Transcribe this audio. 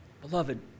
Beloved